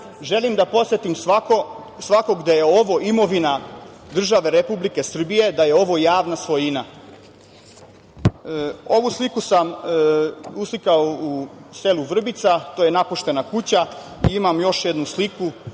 Želim da podsetim svakog da je ovo imovina države Republike Srbije, da je ovo javna svojina. Ovu sliku sam uslikao u selu Vrbica. To je napuštena kuća. Imam još jednu sliku.